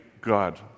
God